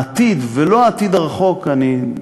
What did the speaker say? העתיד, ולא העתיד הרחוק, אני,